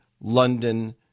london